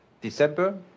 december